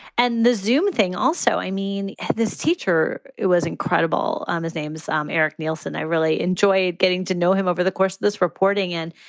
and the zoom thing also. i mean, this teacher was incredible on the zamzam, eric nielsen. i really enjoyed getting to know him over the course of this reporting. and,